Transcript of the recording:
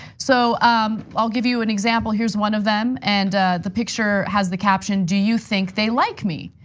so um i'll give you an example, here's one of them and the picture has the caption, do you think they like me?